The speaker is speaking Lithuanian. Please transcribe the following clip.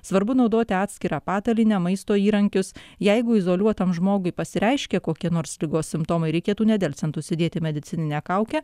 svarbu naudoti atskirą patalynę maisto įrankius jeigu izoliuotam žmogui pasireiškė kokie nors ligos simptomai reikėtų nedelsiant užsidėti medicininę kaukę